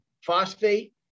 phosphate